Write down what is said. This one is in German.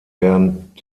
während